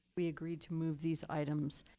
we agreed to move these items.